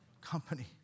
company